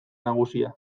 nagusia